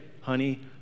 Honey